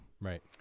Right